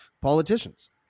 politicians